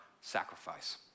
sacrifice